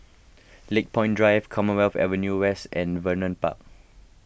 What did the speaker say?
Lakepoint Drive Commonwealth Avenue West and Vernon Park